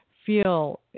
feel